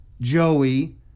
Joey